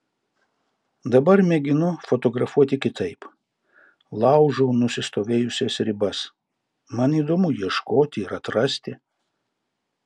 dabar mėginu fotografuoti kitaip laužau nusistovėjusias ribas man įdomu ieškoti ir atrasti